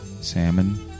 Salmon